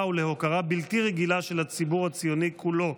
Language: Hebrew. ולהוקרה בלתי רגילה של הציבור הציוני כולו,